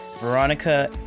Veronica